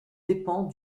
dépend